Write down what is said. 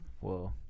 Whoa